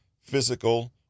physical